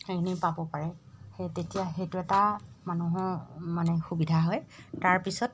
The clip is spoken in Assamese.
সেইখিনি পাব পাৰে সেই তেতিয়া সেইটো এটা মানুহৰ মানে সুবিধা হয় তাৰপিছত